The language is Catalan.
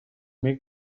mil